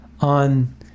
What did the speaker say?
on